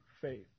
faith